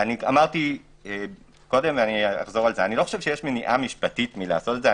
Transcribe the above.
אמרתי קודם אני לא חושב שיש מניעה משפטית מלעשות את זה.